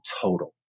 total